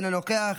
אינו נוכח,